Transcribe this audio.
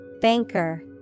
Banker